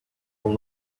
will